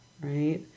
Right